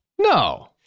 No